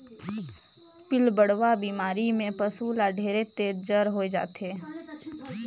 पिलबढ़वा बेमारी में पसु ल ढेरेच तेज जर होय जाथे